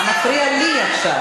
אתה מפריע לי עכשיו,